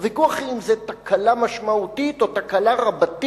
הוויכוח היה אם זו היתה תקלה משמעותית או תקלה רבתי,